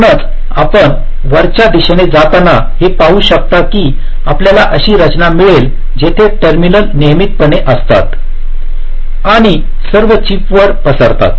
म्हणूनच आपण वरच्या दिशेने जाताना हे पाहू शकता की आपल्याला अशी रचना मिळेल जिथे टर्मिनल नियमितपणे असतात आणि सर्व चिपवर पसरतात